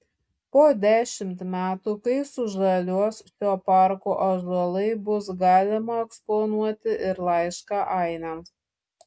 po dešimt metų kai sužaliuos šio parko ąžuolai bus galima eksponuoti ir laišką ainiams